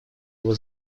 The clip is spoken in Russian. его